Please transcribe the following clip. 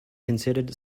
considered